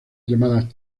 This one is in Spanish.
llamada